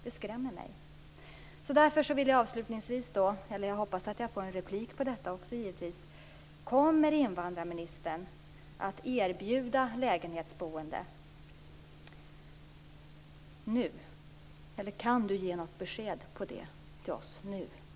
Detta skrämmer mig, som sagt. Jag hoppas på ett inlägg om detta. Kommer invandrarministern att erbjuda lägenhetsboende nu? Kan invandrarministern ge något besked om det till oss nu?